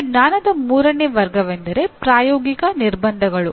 ಈಗ ಜ್ಞಾನದ ಮೂರನೇ ವರ್ಗವೆಂದರೆ ಪ್ರಾಯೋಗಿಕ ನಿರ್ಬಂಧಗಳು